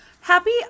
Happy